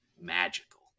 magical